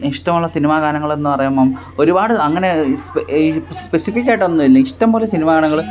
ഇഷ്ടമുള്ള സിനിമാ ഗാനങ്ങളെന്ന് പറയുമ്പോള് ഒരുപാട് അങ്ങനെ ഈ സ്പെസിഫിക്കായിട്ടൊന്നും ഇല്ല ഇഷ്ടംപോലെ സിനിമാ ഗാനങ്ങള്